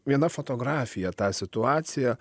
viena fotografija tą situaciją